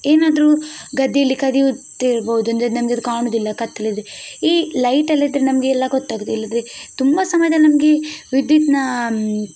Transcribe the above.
ಏನಾದರೂ ಗದ್ದೆಯಲ್ಲಿ ಕದಿಯುತ್ತಿರ್ಬೋದು ಅಂದರೆ ನಮಗೆ ಅದು ಕಾಣುವುದಿಲ್ಲ ಕತ್ತಲಿದೆ ಈ ಲೈಟ್ ಎಲ್ಲ ಇದ್ದರೆ ನಮಗೆ ಎಲ್ಲ ಗೊತ್ತಾಗುವುದು ಇಲ್ಲಂದ್ರೆ ತುಂಬ ಸಮಯದಲ್ಲಿ ನಮಗೆ ವಿದ್ಯುತ್ನ